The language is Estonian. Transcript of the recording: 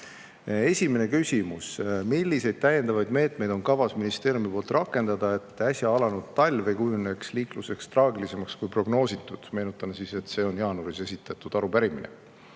Esimene küsimus: "Milliseid täiendavaid meetmeid on kavas ministeeriumi poolt rakendada, et äsja alanud talv ei kujuneks liikluses traagilisemaks, kui prognoositud?" Meenutan, et see on jaanuaris esitatud arupärimine.